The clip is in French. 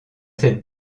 cette